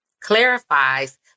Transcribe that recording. clarifies